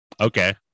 Okay